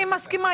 אני מסכימה.